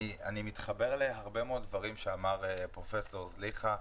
אני מתחבר להרבה מאוד דברים שאמר פרופסור זליכה.